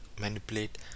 manipulate